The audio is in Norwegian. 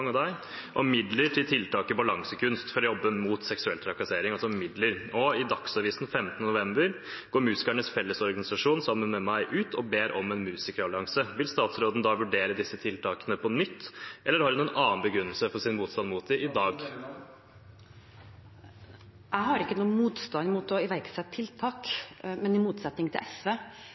midler til tiltak i Balansekunst for å jobbe mot seksuell trakassering – altså midler. I Dagsavisen 15. november går Musikernes Fellesorganisasjon sammen med meg ut og ber om en musikerallianse. Vil statsråden vurdere disse tiltakene på nytt, eller har hun en annen begrunnelse for sin motstand mot dem? Jeg har ikke noen motstand mot å iverksette tiltak, men i motsetning til SV